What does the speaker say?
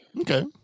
Okay